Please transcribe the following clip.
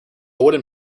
wooden